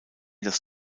das